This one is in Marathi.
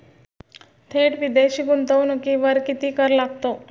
थेट विदेशी गुंतवणुकीवर किती कर लागतो?